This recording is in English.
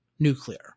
Nuclear